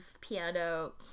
piano